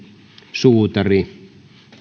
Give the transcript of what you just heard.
suutari